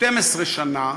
12 שנה,